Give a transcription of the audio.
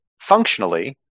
functionally